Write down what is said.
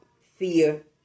fear